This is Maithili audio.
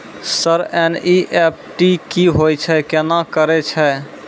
सर एन.ई.एफ.टी की होय छै, केना करे छै?